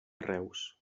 reus